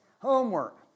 Homework